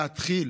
להתחיל,